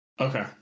okay